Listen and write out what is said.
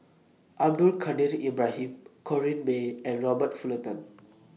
Abdul Kadir Ibrahim Corrinne May and Robert Fullerton